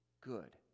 good